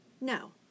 No